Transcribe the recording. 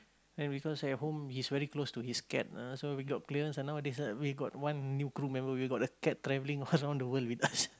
and because at home he's very close to his cat ah so we got clearance and nowadays we got one new crew member we got the cat travelling around the world with us